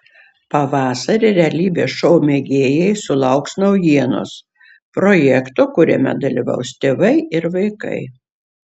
pavasarį realybės šou mėgėjai sulauks naujienos projekto kuriame dalyvaus tėvai ir vaikai